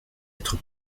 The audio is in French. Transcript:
être